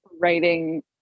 writing